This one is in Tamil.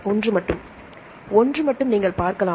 ஒன்று மட்டும் நீங்கள் பார்க்கலாம்